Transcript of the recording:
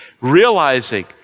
realizing